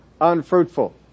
unfruitful